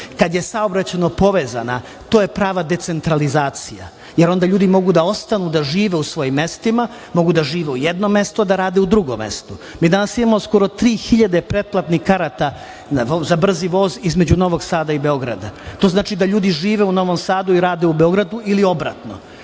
Kada je saobraćajno povezana to je prava decentralizacija, jer ona ljudi mogu da ostanu da žive u svojim mestima, mogu da žive u jednom mestu, a da rade u drugom mestu. Mi danas imamo skoro 3.000 pretplatnih karata za brzi voz između Novog Sada i Beograda, a to znači da ljudi žive u Novom Sada i rade u Beogradu ili obratno.